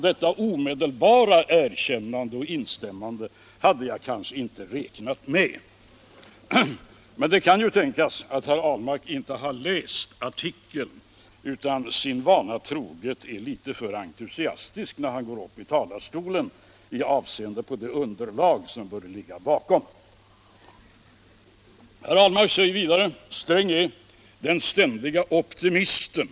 Det omedelbara erkännandet och instämmandet hade jag kanske inte väntat mig, men det kan ju tänkas att herr Ahlmark inte har läst artikeln utan sin vana trogen när han går upp i talarstolen är litet för dåligt orienterad i avseende på det underlag som bör föreligga. Herr Ahlmark säger vidare: Sträng är den ständige optimisten.